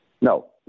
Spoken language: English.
No